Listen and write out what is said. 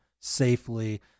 safely